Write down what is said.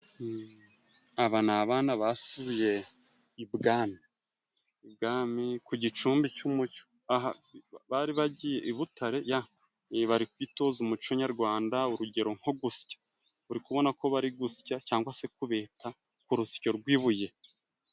Aba ni abana basuye ibwami. Ibwami ku gicumbi c'umuco, bari bagiye i Butare. Bari kwitoza umuco nyarwanda, urugero nko gusya. Uri kubona ko bari gusya cyangwa se kubeta urusyo rw'ibuye.